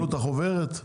בוקר טוב חברים.